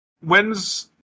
when's